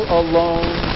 alone